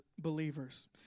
believers